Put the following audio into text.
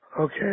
Okay